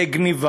זה גנבה